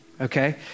okay